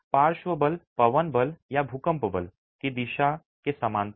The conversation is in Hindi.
पार्श्व बल पवन बल या भूकंप बल की दिशा के समानांतर